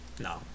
No